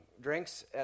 drinks